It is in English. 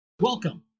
Welcome